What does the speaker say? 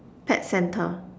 pet centre